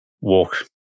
walk